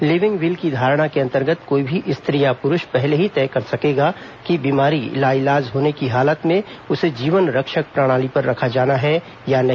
living will की धारणा के अंतर्गत कोई भी स्त्री या पुरूष पहले ही तय कर सकेगा कि बीमारी लाइलाज होने की हालत में उसे जीवन रक्षक प्रणाली पर रखा जाना है या नहीं